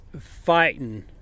fighting